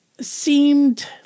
seemed